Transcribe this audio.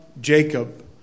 Jacob